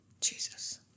Jesus